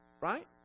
right